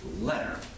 letter